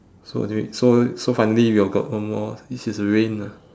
so wait so so finally we got one more which is rain ah